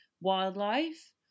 wildlife